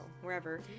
wherever